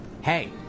Hey